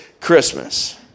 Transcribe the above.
Christmas